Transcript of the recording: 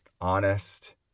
honest